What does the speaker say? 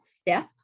step